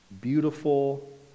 beautiful